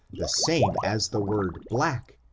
the same as the word black,